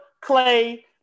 Clay